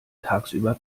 tagsüber